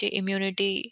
immunity